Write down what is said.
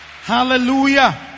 Hallelujah